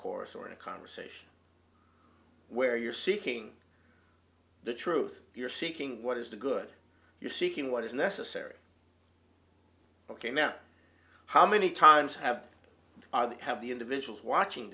course or a conversation where you're seeking the truth you're seeking what is the good you're seeking what is necessary ok now how many times have had the individuals watching